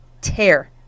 tear